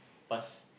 pass